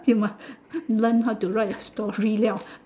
you must learn how to write a story [liao]